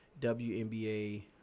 WNBA